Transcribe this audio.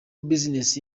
business